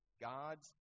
God's